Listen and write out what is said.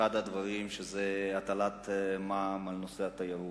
אחד הדברים זה הטלת מע"מ על התיירות.